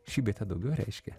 šį bei tą daugiau reiškia